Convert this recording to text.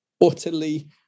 utterly